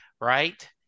right